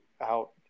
out